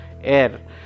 air